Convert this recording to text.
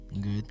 Good